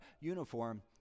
uniform